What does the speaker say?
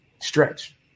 Stretch